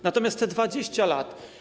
Natomiast te 20 lat.